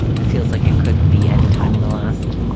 it feels like it could be anytime in the last,